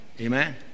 Amen